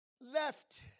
left